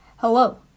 Hello